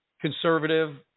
conservative